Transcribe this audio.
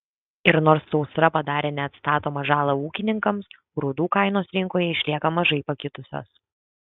ir nors sausra padarė neatstatomą žalą ūkininkams grūdų kainos rinkoje išlieka mažai pakitusios